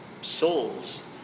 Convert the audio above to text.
souls